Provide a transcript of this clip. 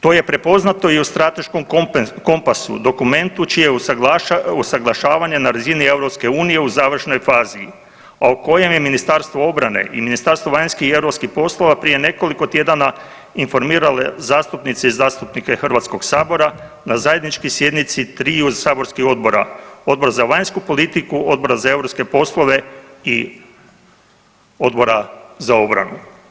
To je prepoznato i u Strateškom kompasu, dokumentu čije usaglašavanje na razini EU u završnoj fazi, a u kojem je Ministarstvo obrane i Ministarstvo vanjskih i europskih poslova prije nekoliko tjedana informiralo zastupnice i zastupnike HS-a na zajedničkoj sjednici triju saborskih odbora, Odbora za vanjsku politiku, Odbor za europske poslove i Odbora za obranu.